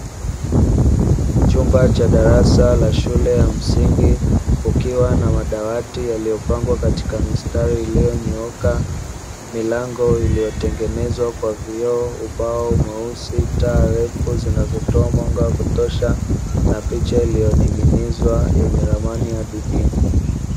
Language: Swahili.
Chumba cha darasa la shule ya msingi, kukiwa na madawati yaliyopangwa katika mistari iliyonyooka, milango iliyotengenezwa kwa vioo, ubao mweusi, taa refu zinazotoa mwanga wa kutosha, na picha iliyoning'inizwa yenye ramani ya dunia.